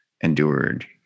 endured